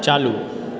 चालू